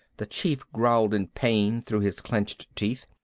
the chief growled in pain through his clenched teeth.